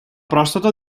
pròstata